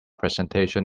presentation